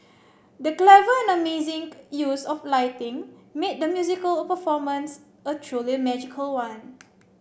the clever and amazing use of lighting made the musical performance a truly magical one